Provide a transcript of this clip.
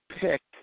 picked